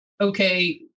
okay